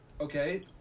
Okay